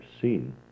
seen